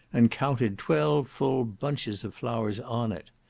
and counted twelve full bunches of flowers on it.